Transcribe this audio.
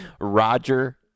Roger